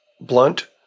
blunt